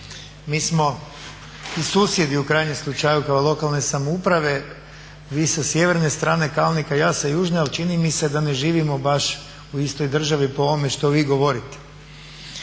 mi smo i susjedi u krajnjem slučaju kao lokalne samouprave, vi sa sjeverne strane Kalnika, ja sa južne, ali čini mi se da ne živimo baš u istoj državi po ovome što vi govorite.